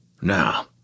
Now